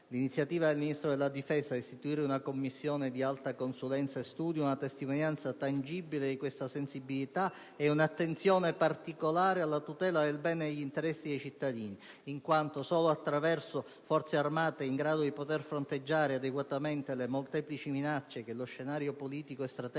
L'iniziativa del Ministro della difesa di istituire una Commissione di alta consulenza e studio è una testimonianza tangibile di questa sensibilità e di un'attenzione particolare alla tutela del bene e degli interessi dei cittadini, in quanto solo attraverso Forze armate in grado di poter fronteggiare adeguatamente le molteplici minacce che lo scenario politico-strategico